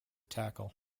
tackle